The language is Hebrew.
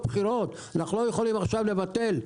אנחנו לא יכולים עכשיו לבטל".